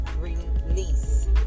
Release